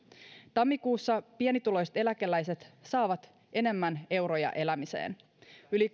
tammikuussa pienituloiset eläkeläiset saavat enemmän euroja elämiseen yli